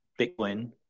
Bitcoin